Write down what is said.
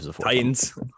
Titans